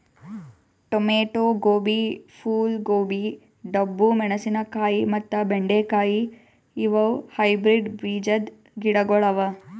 tomato, ಗೋಬಿ, ಫೂಲ್ ಗೋಬಿ, ಡಬ್ಬು ಮೆಣಶಿನಕಾಯಿ ಮತ್ತ ಬೆಂಡೆ ಕಾಯಿ ಇವು ಹೈಬ್ರಿಡ್ ಬೀಜದ್ ಗಿಡಗೊಳ್ ಅವಾ